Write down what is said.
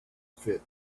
fit